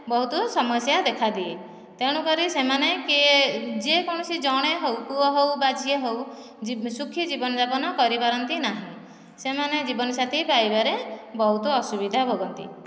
ବହୁତ ସମସ୍ୟା ଦେଖା ଦିଏ ତେଣୁକରି ସେମାନେ କିଏ ଯିଏ କୌଣସି ଜଣେ ହେଉ ପୁଅ ହେଉ ବା ଝିଅ ହେଉ ଯି ସୁଖୀ ଜୀବନ ଯାପନ କରିପାରନ୍ତି ନାହିଁ ସେମାନେ ଜୀବନ ସାଥି ପାଇବାରେ ବହୁତ ଅସୁବିଧା ଭୋଗନ୍ତି